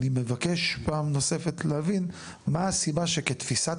אני מבקש פעם נוספת להבין מה הסיבה שכתפיסת